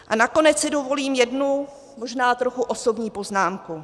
A nakonec si dovolím jednu možná osobní poznámku.